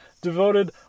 devoted